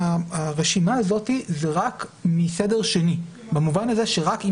הרשימה הזאת זה רק מסדר שני במובן הזה שרק אם